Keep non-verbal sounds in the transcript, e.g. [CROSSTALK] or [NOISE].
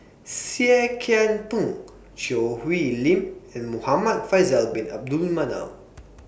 Seah Kian Peng Choo Hwee Lim and Muhamad Faisal Bin Abdul Manap [NOISE]